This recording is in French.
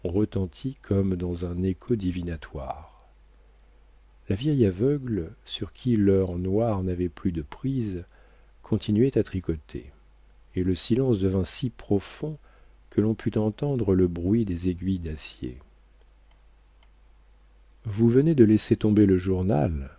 retentit comme dans un écho divinatoire la vieille aveugle sur qui l'heure noire n'avait plus de prise continuait à tricoter et le silence devint si profond que l'on put entendre le bruit des aiguilles d'acier vous venez de laisser tomber le journal